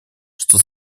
что